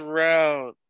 round